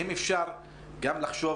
האם אפשר גם לחשוב,